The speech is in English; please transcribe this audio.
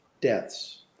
deaths